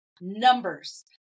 numbers